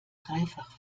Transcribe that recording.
dreifach